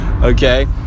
Okay